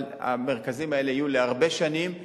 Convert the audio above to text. אבל המרכזים האלה יהיו להרבה שנים,